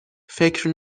فکر